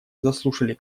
заслушали